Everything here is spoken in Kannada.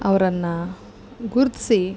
ಅವರನ್ನ ಗುರ್ತಿಸಿ